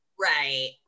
right